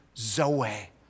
Zoe